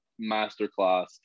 masterclass